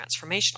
transformational